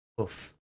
oof